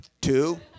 two